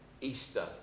Easter